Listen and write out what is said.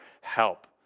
help